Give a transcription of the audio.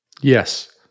Yes